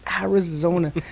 Arizona